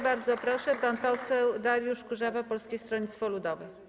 Bardzo proszę, pan poseł Dariusz Kurzawa, Polskie Stronnictwo Ludowe.